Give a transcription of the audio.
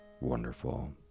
wonderful